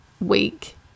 week